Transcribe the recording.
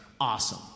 Awesome